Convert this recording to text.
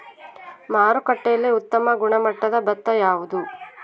ಮಾರುಕಟ್ಟೆಯಲ್ಲಿ ಉತ್ತಮ ಗುಣಮಟ್ಟದ ಭತ್ತ ಯಾವುದು?